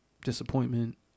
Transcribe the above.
disappointment